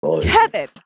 kevin